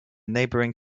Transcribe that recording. neighbouring